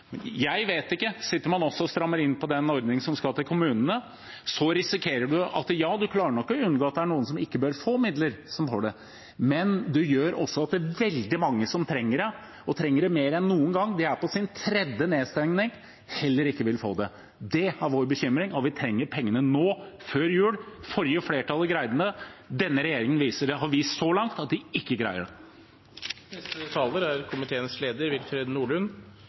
jeg vet ikke om man også sitter og strammer inn på den ordningen som skal til kommunene, så risikerer man at man nok klarer å unngå at det er noen som ikke bør få midler, som får det, men man gjør også at veldig mange som trenger det – og trenger det mer enn noen gang, de er på sin tredje nedstengning – heller ikke vil få det. Det er vår bekymring. Vi trenger pengene nå, før jul. Det forrige flertallet greide det, denne regjeringen har så langt vist at de ikke greier